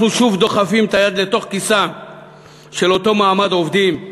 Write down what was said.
אנחנו שוב דוחפים את היד לתוך כיסו של אותו מעמד עובדים?